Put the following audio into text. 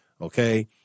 Okay